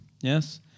Yes